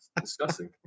disgusting